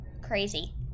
crazy